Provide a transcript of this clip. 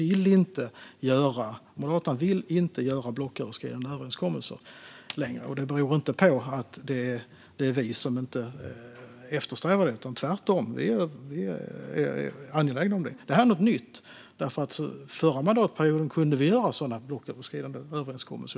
Moderaterna vill inte göra blocköverskridande överenskommelser längre. Det beror inte på att det är vi som inte eftersträvar det; tvärtom är vi angelägna om det. Detta är något nytt. Förra mandatperioden kunde vi göra sådana blocköverskridande överenskommelser.